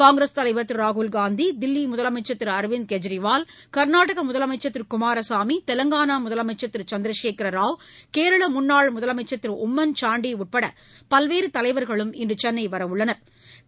காங்கிரஸ் தலைவர் திரு ராகுல் காந்தி தில்லி முதலமைச்சா் திரு அரவிந்த் கெஜ்ரிவால் க்நாடக முதலமைச்சர் திரு குமாரசாமி தெலங்கானா முதலமைச்சர் திரு சந்திரசேகரராவ் கேரள முன்னாள் முதலமைச்சா் திரு உம்மன்சான்டி உட்பட பல்வேறு தலைவர்களும் இன்று சென்னை வரவுள்ளனா்